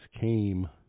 came